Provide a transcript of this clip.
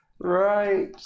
Right